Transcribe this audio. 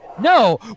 no